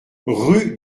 rue